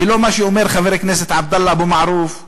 ולא מה שאומר חבר הכנסת עבדאללה אבו מערוף,